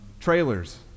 Trailers